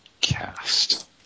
cast